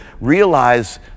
realize